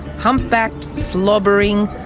hump-backed, slobbering,